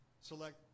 select